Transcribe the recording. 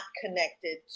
connected